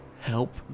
help